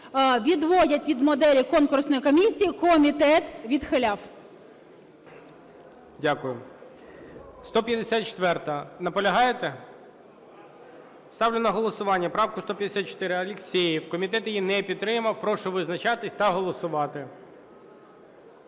відводять від моделі конкурсної комісії, комітет відхиляв.